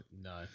No